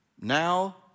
Now